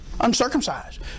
uncircumcised